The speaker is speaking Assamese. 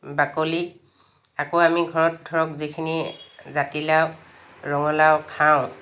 বাকলিত আকৌ আমি ঘৰত ধৰক যিখিনি জাতিলাও ৰঙালাও খাওঁ